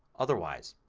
otherwise.